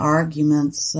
arguments